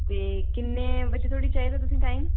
ते किन्ने बजे धोड़ी चाहिदा तुसेंगी टाइम